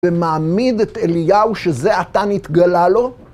ומעמיד את אליהו שזה אתה נתגלה לו.